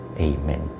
Amen